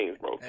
bro